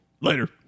Later